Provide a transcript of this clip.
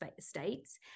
states